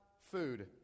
food